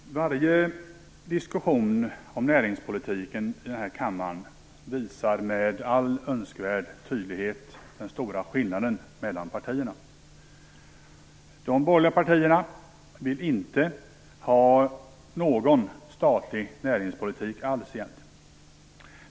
Fru talman! Varje diskussion om näringspolitiken i denna kammare visar med all önskvärd tydlighet de stora skillnaderna mellan partierna. De borgerliga partierna vill inte ha någon statlig näringspolitik alls egentligen.